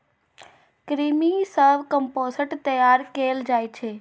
कृमि सं कंपोस्ट तैयार कैल जाइ छै